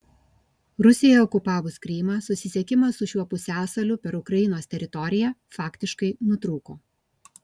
rusijai okupavus krymą susisiekimas su šiuo pusiasaliu per ukrainos teritoriją faktiškai nutrūko